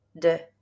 de